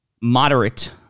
moderate